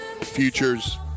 futures